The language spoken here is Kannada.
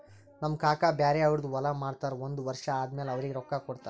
ನಮ್ ಕಾಕಾ ಬ್ಯಾರೆ ಅವ್ರದ್ ಹೊಲಾ ಮಾಡ್ತಾರ್ ಒಂದ್ ವರ್ಷ ಆದಮ್ಯಾಲ ಅವ್ರಿಗ ರೊಕ್ಕಾ ಕೊಡ್ತಾರ್